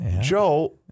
Joe